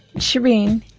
shereen